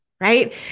Right